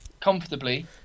comfortably